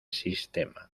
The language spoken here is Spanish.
sistema